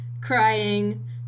crying